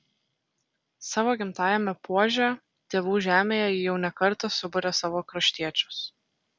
savo gimtajame puože tėvų žemėje ji jau ne kartą suburia savo kraštiečius